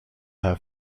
now